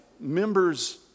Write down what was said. members